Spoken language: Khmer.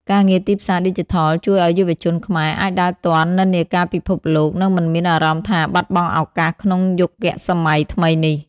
ការងារទីផ្សារឌីជីថលជួយឱ្យយុវជនខ្មែរអាចដើរទាន់និន្នាការពិភពលោក និងមិនមានអារម្មណ៍ថាបាត់បង់ឱកាសក្នុងយុគសម័យថ្មីនេះ។